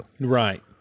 Right